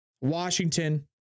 Washington